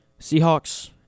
Seahawks